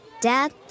Dad